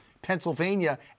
Pennsylvania